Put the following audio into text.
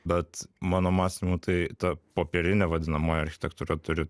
bet mano mąstymu tai ta popierinė vadinamoji architektūra turi